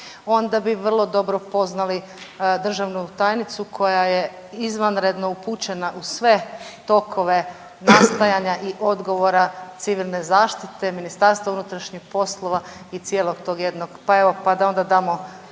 onda bi vrlo dobro poznali državnu tajnicu koja je izvanredno upućena u sve tokove nastajanja i odgovora civilne zaštite, MUP-a i cijelog tog jednog, pa evo pa da onda damo